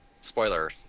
spoiler